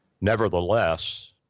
Nevertheless